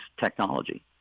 technology